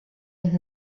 and